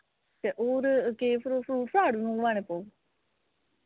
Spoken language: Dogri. ते और केह् फ्रूट फ्राट बी मंगोआने पौग